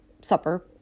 supper